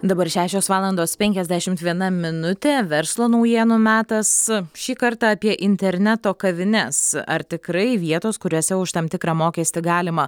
dabar šešios valandos penkiasdešimt viena minutė verslo naujienų metas šį kartą apie interneto kavines ar tikrai vietos kuriose už tam tikrą mokestį galima